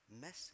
Message